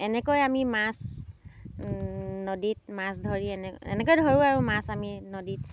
এনেকৈ আমি মাছ নদীত মাছ ধৰি এনে এনেকৈ ধৰোঁ আৰু মাছ আমি নদীত